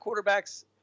quarterbacks